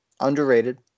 underrated